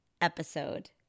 episode